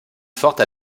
forte